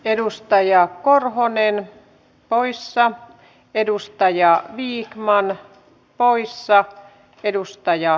edustajaa korhonen pahoissa edustajia viihtymään paarissa edustajaa